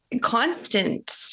constant